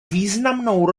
významnou